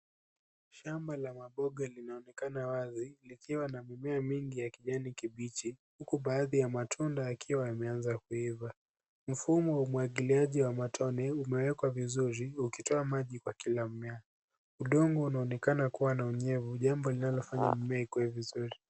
Shamba la maboga linaonekana wazi likiwa na mimea mingi ya kijani kibichi, huku baadhi ya matunda yakiwa yameanza kuiva. Mfumo wa umwagiliaji wa matone umewekwa vizuri ukitoa maji kwa kila mmea. Udongo unaonekana kuwa na unyevu, jambo linalofanya mmea ikue vizuri.